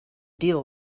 deal